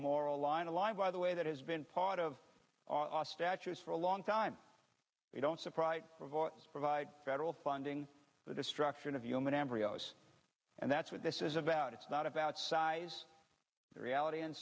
moral line to live by the way that has been part of our last actors for a long time we don't surprise provide federal funding the destruction of human embryos and that's what this is about it's not about size the reality and